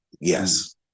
yes